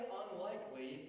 unlikely